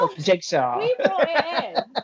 jigsaw